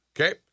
Okay